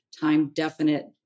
time-definite